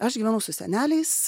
aš gyvenau su seneliais